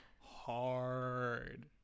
hard